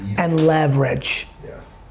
and leverage. yes.